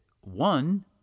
one